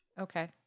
Okay